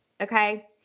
Okay